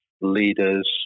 leaders